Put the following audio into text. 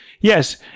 Yes